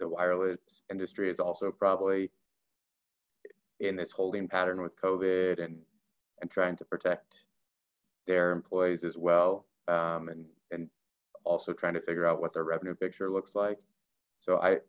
the wireless industry is also probably in this holding pattern with kovat and and trying to protect their employees as well and and also trying to figure out what the revenue picture looks like so i